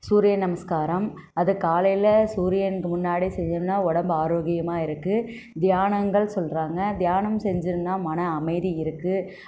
சூரிய நமஸ்காரம் அதை காலையில் சூரியனுக்கு முன்னாடி செஞ்சோம்னால் உடம்பு ஆரோக்கியமாக இருக்குது தியானங்கள் சொல்றாங்க தியானங்கள் செஞ்சோம்னால் மன அமைதி இருக்குது